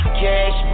cash